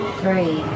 three